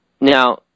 Now